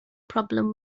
problem